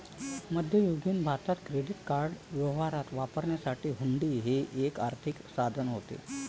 मध्ययुगीन भारतात क्रेडिट व्यवहारात वापरण्यासाठी हुंडी हे एक आर्थिक साधन होते